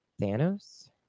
Thanos